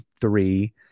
three